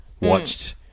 watched